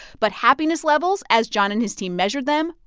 but happiness levels, as john and his team measured them,